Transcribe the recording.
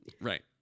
Right